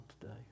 today